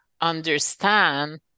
understand